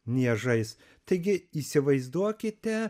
niežais taigi įsivaizduokite